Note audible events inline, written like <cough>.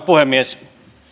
<unintelligible> puhemies